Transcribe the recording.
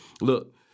look